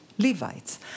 Levites